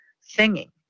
singing